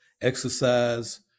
exercise